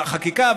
בחקיקה.